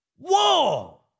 Whoa